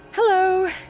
Hello